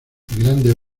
grandes